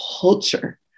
culture